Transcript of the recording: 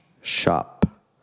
shop